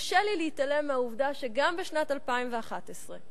קשה להתעלם מהעובדה שגם בשנת 2011,